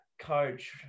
coach